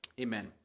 Amen